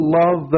love